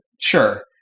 sure